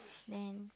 then